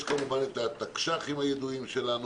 יש כמובן את התקש"חים הידועים שלנו.